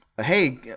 hey